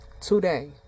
Today